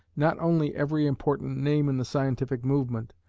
not only every important name in the scientific movement,